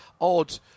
odd